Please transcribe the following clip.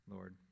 Lord